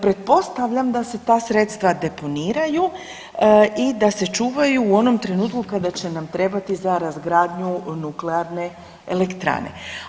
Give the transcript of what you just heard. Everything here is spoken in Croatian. Pretpostavljam da se ta sredstva deponiraju i da se čuvaju u onom trenutku kada će nam trebati za razgradnju nuklearne elektrane.